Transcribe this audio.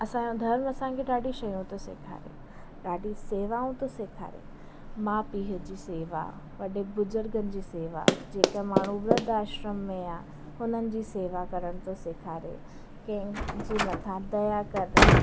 असांजो धर्म असांखे ॾाढी शयूं थो सेखारे ॾाढी शेवाऊं थो सेखारे माउ पीउ जी शेवा वॾे बुज़ुर्गनि जी शेवा जेका माण्हू वृद्ध आश्रम में आहे हुननि जी शेवा करण थो सेखारे कंहिंजे मथां दया करणु